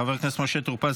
חבר הכנסת משה טור פז,